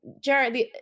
Jared